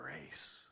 grace